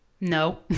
No